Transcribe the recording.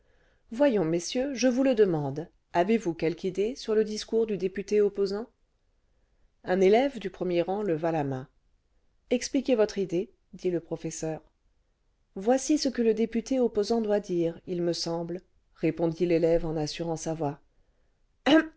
voyons messieurs je vous le demande avez-vous quelque idée sur le discours du député opposant un élève du premier rang leva la main ce expliquez votre idée dit le professeur voici ce que le député opposant doit dire il me semble répondit l'élève en assurant sa voix